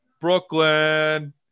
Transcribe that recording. Brooklyn